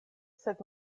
sed